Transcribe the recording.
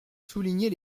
souligner